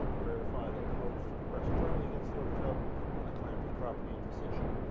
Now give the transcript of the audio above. verify that the hose is pressed firmly against the outer tub and the clamp is properly in position.